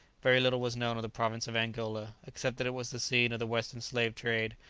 very little was known of the province of angola, except that it was the scene of the western slave-trade,